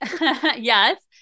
Yes